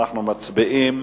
אנחנו מצביעים